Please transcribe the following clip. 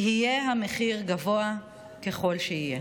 יהיה המחיר גבוה ככל שיהיה.